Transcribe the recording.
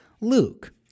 luke